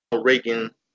Reagan